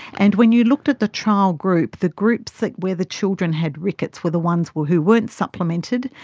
and when you looked at the trial group, the groups where the children had rickets were the ones who who weren't supplemented,